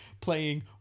playing